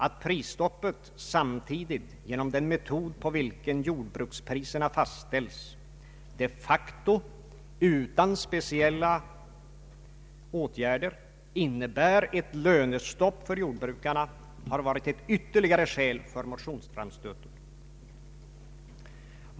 Att prisstoppet samtidigt, genom den metod enligt vilken jordbrukspriserna fastställs, de facto, utan speciella åtgärder, innebär ett lönestopp för jordbrukarna, har varit ett ytterligare skäl för motionsframstöten.